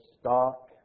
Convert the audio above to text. stock